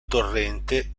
torrente